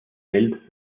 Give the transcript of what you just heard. hält